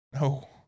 No